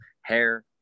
hair